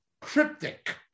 cryptic